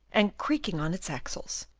and creaking on its axles,